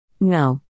No